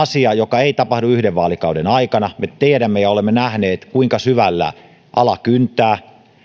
asia joka ei tapahdu yhden vaalikauden aikana me tiedämme ja olemme nähneet kuinka syvällä ala kyntää